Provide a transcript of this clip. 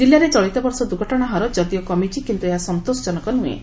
କିଲ୍ଲାରେ ଚଳିତବର୍ଷ ଦୁର୍ଘଟଶାହାର ଯଦିଓ କମିଛି କିନ୍ତୁ ଏହା ସନ୍ତୋଷଜନକ ନୁହେଁ